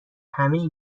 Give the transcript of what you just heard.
همه